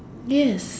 yes